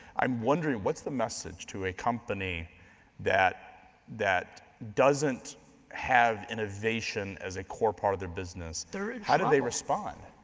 i'm wondering, what's the message to a company that that doesn't have innovation as a core part of their business they're in trouble. how do they respond?